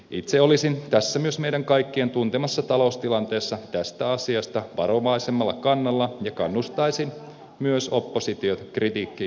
itse olisin tässä myös meidän kaikkien tuntemassa taloustilanteessa tästä asiasta varovaisemmalla kannalla ja kannustaisin myös oppositiota kritiikin rehellisyyteen